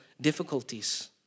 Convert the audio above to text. difficulties